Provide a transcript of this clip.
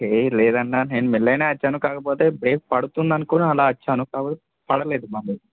హే లేదన్న నేను మెల్లగానే వచ్చాను కాకపోతే బ్రేకు పడుతుందనుకొనే అలా వచ్చాను కాకపోతే పడలేదు బండి